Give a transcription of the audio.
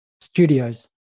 studios